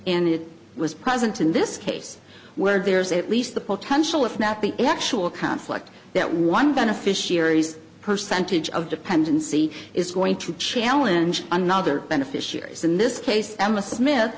and it was present in this case where there's at least the potential if not the actual conflict that one beneficiaries percentage of dependency is going to challenge another beneficiaries in this case emma smith